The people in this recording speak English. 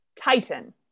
Titan